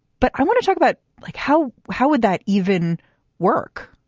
but i want to talk about like how how would that even work?